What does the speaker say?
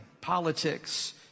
politics